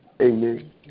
Amen